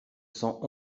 cent